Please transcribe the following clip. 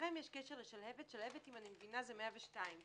שלהבת זה 102,